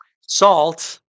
salt